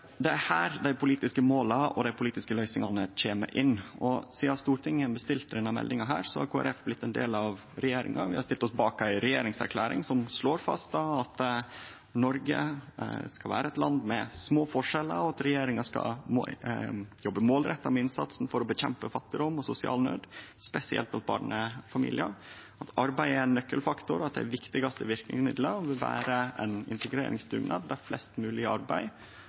Det er her dei politiske måla og dei politiske løysingane kjem inn. Sidan Stortinget bestilte denne meldinga, har Kristeleg Folkeparti blitt ein del av regjeringa. Vi har stilt oss bak ei regjeringserklæring, som slår fast at Noreg skal vere eit land med små forskjellar, og at regjeringa skal jobbe målretta med å kjempe mot fattigdom og sosial nød, spesielt i barnefamiliar. Arbeid er ein nøkkelfaktor og eit av dei viktigaste verkemidla, og det vil vere ein integreringsdugnad for å få flest mogleg i arbeid